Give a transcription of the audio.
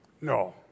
No